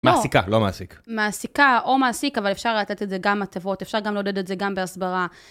מעסיקה, לא מעסיק. מעסיקה או מעסיק, אבל אפשר לתת את זה גם הטבות, אפשר גם לעודד את זה גם בהסברה.